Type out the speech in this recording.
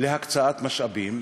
להקצאת משאבים,